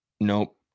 Nope